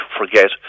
forget